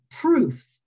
proof